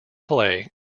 play